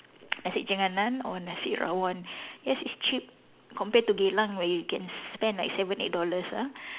nasi jenganan or nasi rawon yes it's cheap compared to Geylang where you can spend like seven eight dollars ah